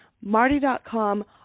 Marty.com